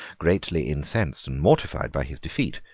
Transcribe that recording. greatly incensed and mortified by his defeat,